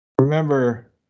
remember